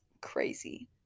crazy